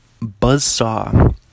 Buzzsaw